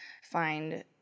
find